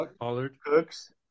Cooks